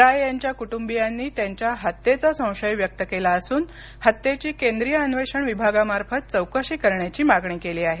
राय यांच्या कुटुंबियांनी त्यांच्या हत्येचा संशय व्यक्त केला असून हत्येची केंद्रीय अन्वेषण विभागामार्फत चौकशी करण्याची मागणी केली आहे